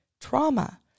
trauma